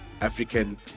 African